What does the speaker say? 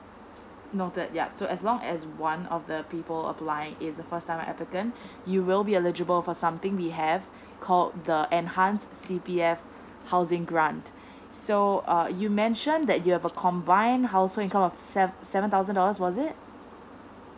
noted yeah so as long as one of the people applying is a first time applicant you will be eligible for something we have called the enhanced C P F housing grant so uh you mention that you have a combined household income of sev~ seven thousand dollars was it